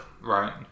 Right